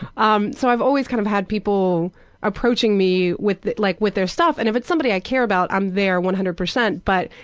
um so i've always kind of had people approaching me like with their stuff, and if it's somebody i care about, i'm there one hundred percent but,